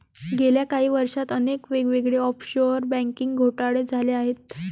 गेल्या काही वर्षांत अनेक वेगवेगळे ऑफशोअर बँकिंग घोटाळे झाले आहेत